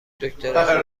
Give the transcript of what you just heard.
دکتر